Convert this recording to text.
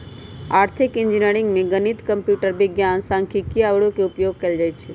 आर्थिक इंजीनियरिंग में गणित, कंप्यूटर विज्ञान, सांख्यिकी आउरो के उपयोग कएल जाइ छै